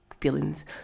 feelings